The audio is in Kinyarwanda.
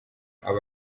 aba